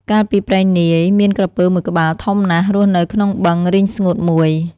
កាលពីព្រេងនាយ មានក្រពើមួយក្បាលធំណាស់ រស់នៅក្នុងបឹងរីងស្ងួតមួយ។